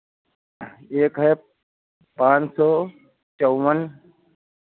एक है पाँच सौ चौबन